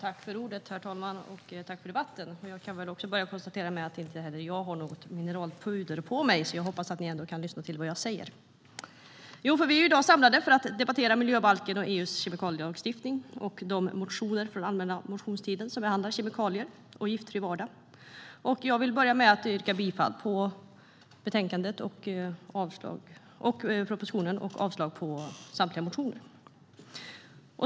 Herr talman! Jag kan börja med att konstatera att jag inte har något mineralpuder på mig, men jag hoppas att ni ändå kan lyssna till vad jag säger. Vi är i dag samlade för att debattera miljöbalken, EU:s kemikalielagstiftning och de motioner från allmänna motionstiden som behandlar kemikalier och en giftfri vardag. Jag vill börja med att yrka bifall till förslaget i betänkandet och propositionen och avslag på samtliga motioner.